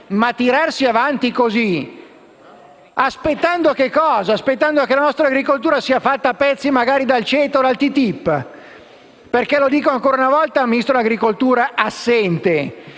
tirare avanti aspettando che la nostra agricoltura sia fatta a pezzi dal CETA o dal TTIP. Mi rivolgo ancora una volta al Ministro dell'agricoltura assente